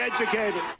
educated